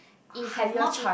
if have more pi